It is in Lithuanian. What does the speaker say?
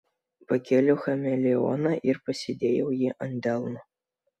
pakėliau chameleoną ir pasidėjau jį ant delno